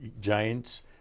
Giants